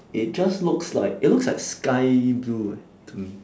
it just looks like it looks like sky blue eh to me